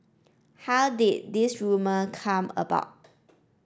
how did this rumour come about